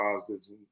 positives